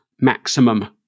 maximum